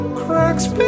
cracks